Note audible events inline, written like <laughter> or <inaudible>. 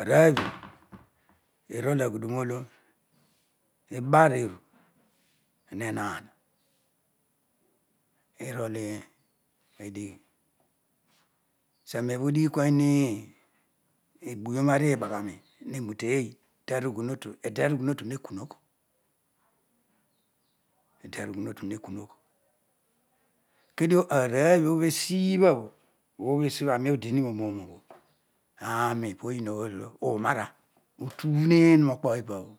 arooy <noise> obho irol aghudunolo ibanru henaan orol edighi sanon obho udighikua ninii ebuyoni aribaghaoi neroueiy ede rughunotu ederighuudu ne kunughu kedio ahooy obho esibhabho obho esibhabho aami odii monoom obho aasoi poony ony olo ou mao aroi kutughun eei rookpoipobho